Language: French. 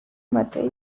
mattei